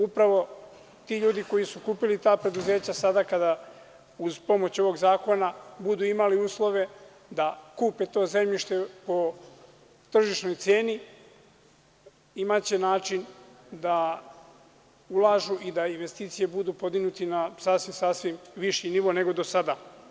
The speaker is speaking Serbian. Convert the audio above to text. Upravo ti ljudi koji su kupili ta preduzeća sada kada uz pomoć ovog zakona budu imali uslove da kupe to zemljište po tržišnoj ceni imaće način da ulažu i da investicije budu podignute na sasvim viši nivo nego do sada.